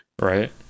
right